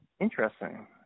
Interesting